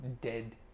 dead